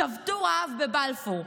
שבתו רעב בבלפור,